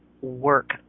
work